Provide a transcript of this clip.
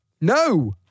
No